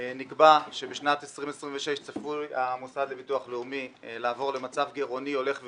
נקבע שבשנת 2026 המוסד לביטוח לאומי צפוי לעובר למצב גירעוני הולך וגדל,